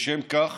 לשם כך